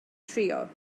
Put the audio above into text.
trio